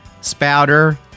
Spouter